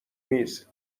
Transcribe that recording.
میز